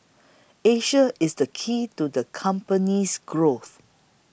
Asia is the key to the company's growth